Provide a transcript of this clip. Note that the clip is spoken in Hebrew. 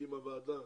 והקימה ועדה,